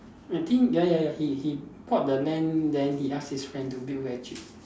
I think ya ya ya he he bought the land then he ask his friend to build very cheap